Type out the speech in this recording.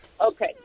Okay